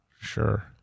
Sure